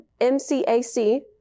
MCAC